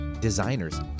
designers